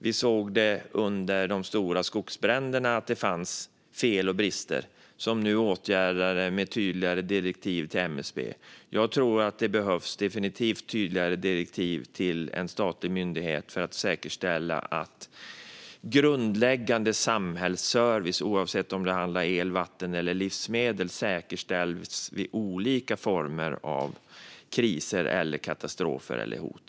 Vi såg under de stora skogsbränderna att det fanns fel och brister. Dessa är nu åtgärdade genom tydligare direktiv till MSB. Jag tror definitivt att det behövs tydligare direktiv till en statlig myndighet för att säkerställa att grundläggande samhällsservice, oavsett om det handlar om el, vatten eller livsmedel, säkerställs vid olika former av kriser, katastrofer och hot.